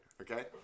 Okay